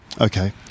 Okay